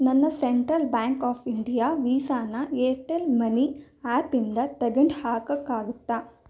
ನನ್ನ central bank of India ವೀಸಾನ Airtel money app ಇಂದ ತೆಗ್ದು ಹಾಕೋಕೆ ಆಗುತ್ತಾ